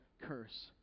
curse